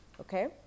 okay